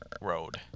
road